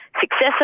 Successor